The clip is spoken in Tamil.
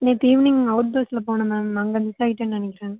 நேற்று ஈவினிங் அவுட் பஸ்ஸில் போனேன் மேம் அங்கே மிஸ் ஆய்ட்டுன்னு நினைக்கிறேன்